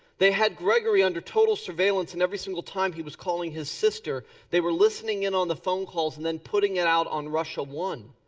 they had grigory under total surveillance and every single time he was calling his sister they were listening in on the phone calls and then putting it out on russia one.